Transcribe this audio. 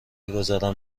گذارم